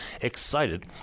excited